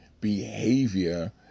behavior